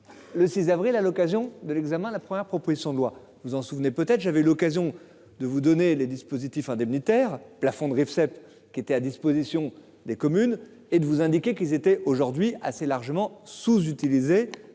Le 6 avril à l'occasion de l'examen. La première proposition de loi, vous en souvenez peut-être, j'avais l'occasion de vous donner les dispositif indemnitaire plafond Rifseep qui était à disposition des communes et de vous indiquer qu'ils étaient aujourd'hui assez largement sous-utilisés